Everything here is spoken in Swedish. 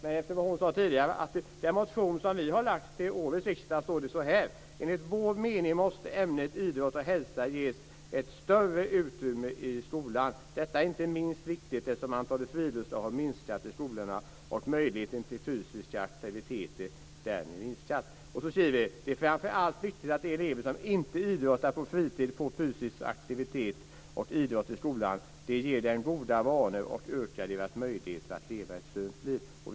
Men i den motion som vi har väckt till årets riksdag står följande: Enligt vår mening måste ämnet idrott och hälsa ges ett större utrymme i skolan. Detta är inte minst viktigt eftersom antalet friluftsdagar har minskat i skolorna och möjligheten till fysiska aktiviteter därmed minskat. Det är framför allt viktigt att de elever som inte idrottar på fritid får fysisk aktivitet och idrott i skolan. Det ger dem goda vanor och ökar deras möjligheter att leva ett sunt liv.